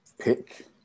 pick